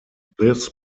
this